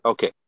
Okay